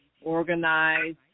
organize